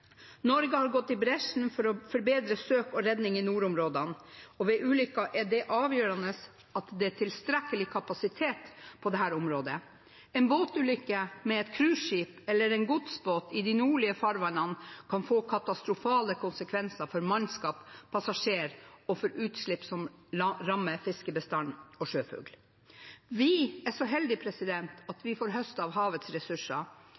Norge har gått i bresjen for å forbedre søk og redning i nordområdene. Ved ulykker er det avgjørende at det er tilstrekkelig kapasitet på dette området. En båtulykke med et cruiseskip eller en godsbåt i de nordlige farvannene kan få katastrofale konsekvenser for mannskap og passasjerer og utslipp som rammer fiskebestander og sjøfugl. Vi er så heldige at vi får høste av havets ressurser,